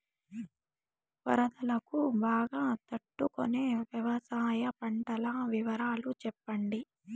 వరదలకు బాగా తట్టు కొనే వ్యవసాయ పంటల వివరాలు చెప్పండి?